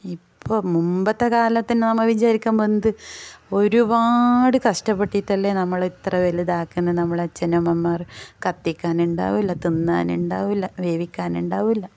ഇപ്പോൾ മുൻപത്തെ കാലത്തേ നമ്മൾ വിചാരിക്കുമ്പോൾ എന്ത് ഒരുപാട് കഷ്ടപ്പെട്ടിട്ടല്ലേ നമ്മൾ ഇത്രയും വലുതാക്കുന്നത് നമ്മുടെ അച്ഛനമ്മമാർ കത്തിക്കാനുണ്ടാവില്ല തിന്നാനുണ്ടാവില്ല വേവിക്കാനുണ്ടാവില്ല